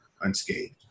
unscathed